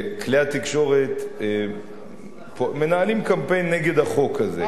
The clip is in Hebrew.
כלי התקשורת מנהלים קמפיין נגד החוק הזה.